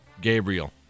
Gabriel